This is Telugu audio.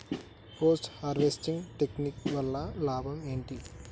పోస్ట్ హార్వెస్టింగ్ టెక్నిక్ వల్ల లాభం ఏంటి?